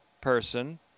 person